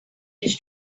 his